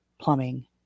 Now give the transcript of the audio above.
plumbing